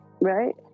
right